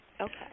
Okay